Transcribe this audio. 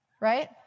Right